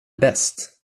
bäst